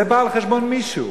זה בא על חשבון מישהו,